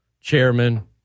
chairman